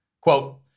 Quote